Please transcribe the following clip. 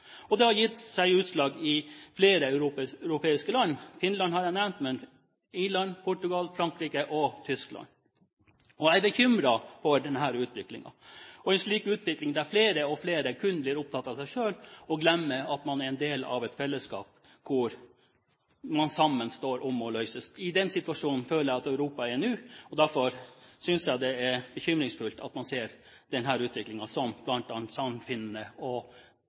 Det har gitt seg utslag i flere europeiske land – Finland har jeg nevnt, men jeg kan også nevne Irland, Portugal, Frankrike og Tyskland. Jeg er bekymret for en slik utvikling, der flere og flere kun blir opptatt av seg selv og glemmer at man er en del av et fellesskap hvor man står sammen om det som må løses. Den sitasjonen føler jeg at Europa er i nå. Derfor synes jeg det er bekymringsfullt at man ser denne utviklingen, som bl.a. Sannfinnene og